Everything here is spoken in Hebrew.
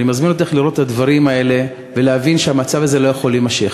אני מזמין אותך לראות את הדברים האלה ולהבין שהמצב הזה לא יכול להימשך.